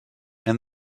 and